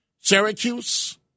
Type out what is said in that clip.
Syracuse